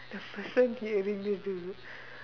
the person hearing this dude